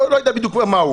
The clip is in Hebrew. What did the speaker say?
ללא יודע בדיוק מהו